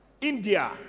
India